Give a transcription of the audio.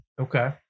Okay